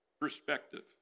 perspective